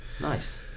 Nice